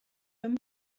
him